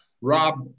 Rob